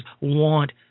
want